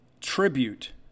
tribute